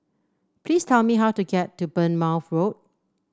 please tell me how to get to Bournemouth Road